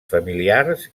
familiars